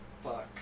fuck